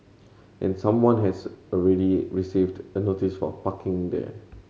and someone has already received a notice for parking there